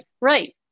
right